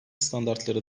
standartları